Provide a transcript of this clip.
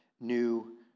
new